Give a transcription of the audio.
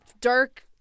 dark